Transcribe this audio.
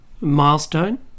milestone